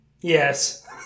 Yes